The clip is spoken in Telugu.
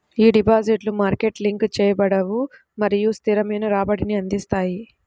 ఈ డిపాజిట్లు మార్కెట్ లింక్ చేయబడవు మరియు స్థిరమైన రాబడిని అందిస్తాయి